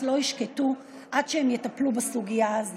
לא ישקטו עד שהם יטפלו בסוגיה הזאת.